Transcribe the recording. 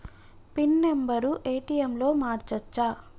Pin number ATM లో మార్చచ్చా?